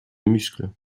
muscles